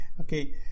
okay